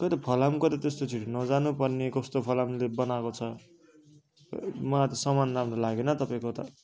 त्यही त फलामको त त्यस्तो छिटो नजानु पर्ने कस्तो फलामले बनाएको छ मलाई त सामान राम्रो लागेन तपाईँको त